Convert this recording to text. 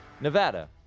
Nevada